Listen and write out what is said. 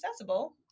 accessible